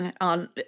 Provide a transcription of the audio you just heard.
on